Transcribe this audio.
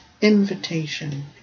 invitation